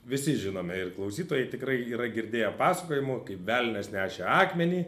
visi žinome ir klausytojai tikrai yra girdėję pasakojimų kaip velnias nešė akmenį